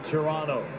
Toronto